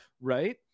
right